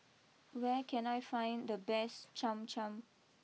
where can I find the best Cham Cham